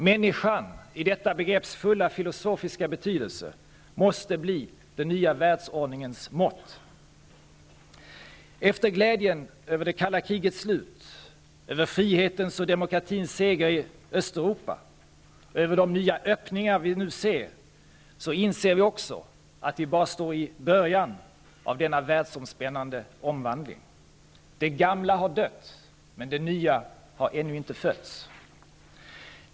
Människan -- i detta begrepps fulla filosofiska betydelse -- måste bli den nya världsordningens mått. Efter glädjen över det kalla krigets slut, över frihetens och demokratins seger i Östeuropa och över de nya öppningarna inser vi att vi nu bara står i början av en världsomspännande omvandling. Det gamla har dött, men det nya har ännu inte fötts.